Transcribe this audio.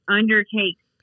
undertakes